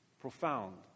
Profound